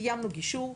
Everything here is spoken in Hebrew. קיימנו גישור,